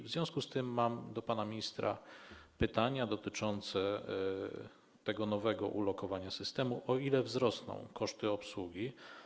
W związku z tym mam do pana ministra pytania dotyczące tego nowego ulokowania systemu: O ile wzrosną koszty obsługi?